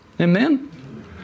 Amen